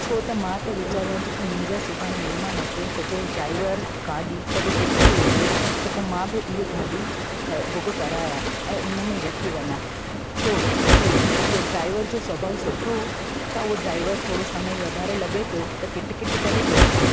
छो त मां त वीचारिया थी की मुंहिंजा सुभाणे महिमानु अचे त जो ड्राइवर गाॾी सभु सुठी हुजे त पोइ मां बि हीअ गाॾी बुक करायां ऐं उन में वठी वञा छो त इहो ड्राइवर जो सुभाउ सुठो छा उहा ड्राइवर थोरो समय वाधारे लॻे पियो त किटकिट करे पियो छा